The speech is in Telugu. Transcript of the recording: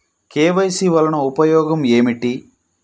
కే.వై.సి వలన ఉపయోగం ఏమిటీ?